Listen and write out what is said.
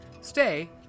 Stay